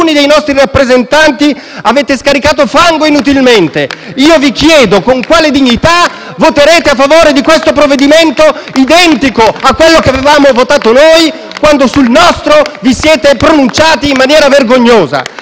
dei nostri rappresentanti avete scaricato fango inutilmente! *(Applausi dal Gruppo PD)*. Vi chiedo: con quale dignità voterete a favore di questo provvedimento, identico a quello che avevamo votato noi, quando sul nostro vi siete pronunciati in maniera vergognosa?